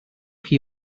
chi